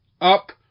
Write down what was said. up